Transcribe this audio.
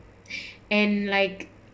and like